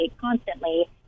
constantly